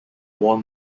worn